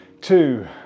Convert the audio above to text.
two